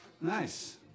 Nice